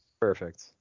Perfect